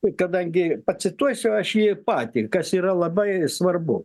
kadangi pacituosiu aš jį patį kas yra labai svarbu